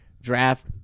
draft